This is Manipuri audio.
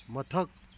ꯃꯊꯛ